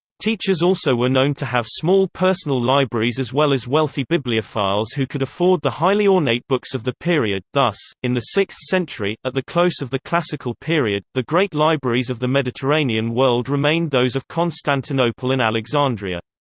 teachers also were known to have small personal libraries as well as wealthy bibliophiles who could afford the highly ornate books of the period thus, in the sixth century, at the close of the classical period, the great libraries of the mediterranean world remained those of constantinople and alexandria.